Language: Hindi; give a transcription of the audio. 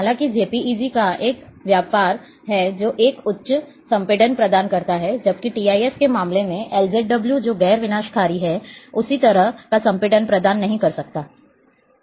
हालांकि JPEG का एक व्यापार है जो एक उच्च संपीड़न प्रदान करता है जबकि TIF के मामले में LZW जो गैर विनाशकारी है उस तरह का संपीड़न प्रदान नहीं कर सकता है